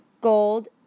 gold